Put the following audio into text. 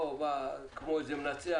הוא בא כמו איזה מנצח,